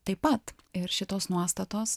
taip pat ir šitos nuostatos